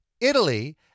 Italy